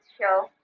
show